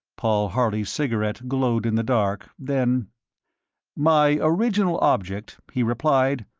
paul harley's cigarette glowed in the dark, then my original object, he replied,